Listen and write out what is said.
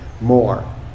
more